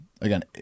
Again